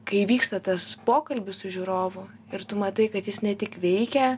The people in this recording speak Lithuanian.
kai vyksta tas pokalbis su žiūrovu ir tu matai kad jis ne tik veikia